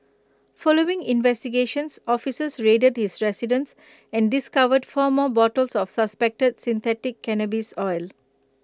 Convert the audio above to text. following investigations officers raided his residence and discovered four more bottles of suspected synthetic cannabis oil